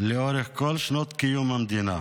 לאורך כל שנות קיום המדינה,